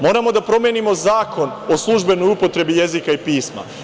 Moramo da promenimo Zakon o službenoj upotrebi jezika i pisma.